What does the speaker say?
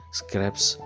scraps